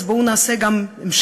אז בואו נעשה גם המשך,